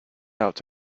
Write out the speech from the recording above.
out